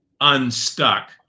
unstuck